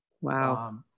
Wow